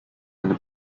eine